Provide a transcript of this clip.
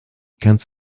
kannst